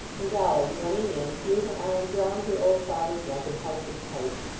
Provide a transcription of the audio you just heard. and dolly, running in, threw her arms round her old father's neck and hugged him tight.